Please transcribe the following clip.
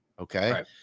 Okay